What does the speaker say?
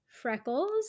freckles